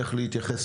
איך להתייחס,